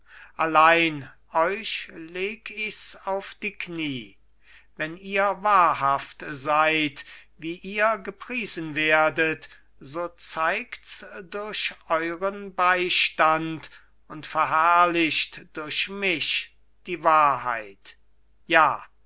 allein euch leg ich's auf die kniee wenn ihr wahrhaft seid wie ihr gepriesen werdet so zeigt's durch euern beistand und verherrlicht durch mich die wahrheit ja